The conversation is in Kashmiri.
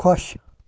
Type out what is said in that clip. خۄش